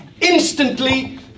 Instantly